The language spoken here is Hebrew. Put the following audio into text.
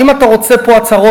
אם אתה רוצה פה הצהרות,